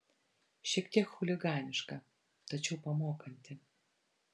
šiek tiek chuliganiška tačiau pamokanti